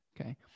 okay